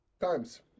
Times